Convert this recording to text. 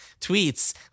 tweets